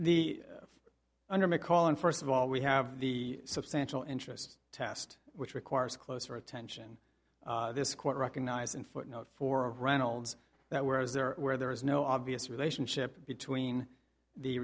the under mccall in first of all we have the substantial interest test which requires closer attention this court recognized in footnote four of reynolds that whereas there where there is no obvious relationship between the